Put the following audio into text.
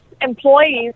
employees